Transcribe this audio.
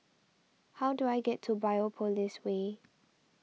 how do I get to Biopolis Way